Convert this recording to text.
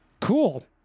Cool